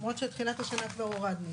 למרות שתחילת שנה כבר הורדנו,